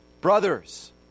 Brothers